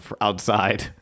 outside